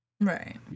Right